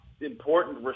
important